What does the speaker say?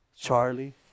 Charlie